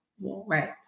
right